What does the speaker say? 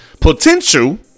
potential